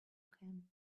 can